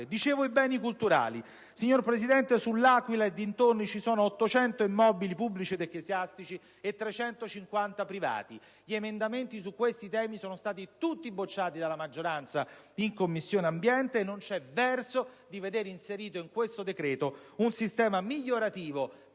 dai beni culturali. Signor Presidente, all'Aquila e dintorni vi sono 800 immobili pubblici ed ecclesiastici e 350 privati. Tutti gli emendamenti su questi temi sono stati bocciati dalla maggioranza in 13a Commissione; non c'è verso di vedere inserito in questo provvedimento un sistema migliorativo per